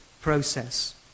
process